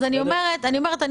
אני אומרת,